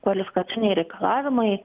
kvalifikaciniai reikalavimai